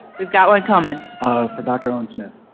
we've got one coming for dr. owen smith.